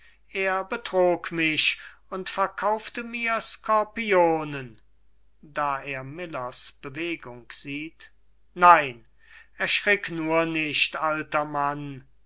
er betrog mich und verkaufte mir skorpionen da er millers bewegung sieht nein erschrick nur nicht alter mann